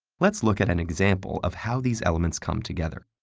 let's look at an example of how these elements come together.